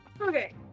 Okay